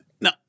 No